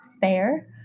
Fair